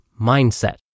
mindset